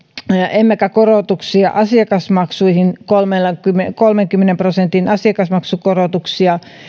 emmekä korotuksia asiakasmaksuihin kolmenkymmenen kolmenkymmenen prosentin asiakasmaksukorotuksia